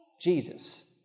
Jesus